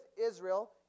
Israel